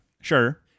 Sure